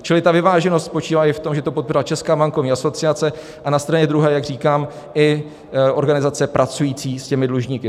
Čili vyváženost spočívá i v tom, že to podpořila Česká bankovní asociace, a na straně druhé, jak říkám, i organizace pracující s dlužníky.